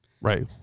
Right